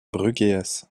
brugheas